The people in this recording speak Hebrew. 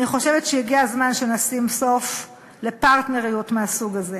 אני חושבת שהגיע הזמן שנשים סוף לפרטנריוּת מהסוג הזה.